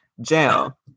jail